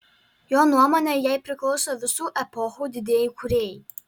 jo nuomone jai priklauso visų epochų didieji kūrėjai